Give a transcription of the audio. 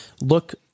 look